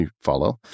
follow